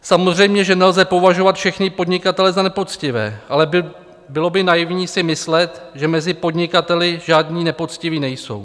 Samozřejmě, že nelze považovat všechny podnikatele za nepoctivé, ale bylo by naivní si myslet, že mezi podnikateli žádní nepoctiví nejsou.